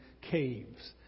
caves